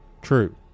true